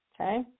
Okay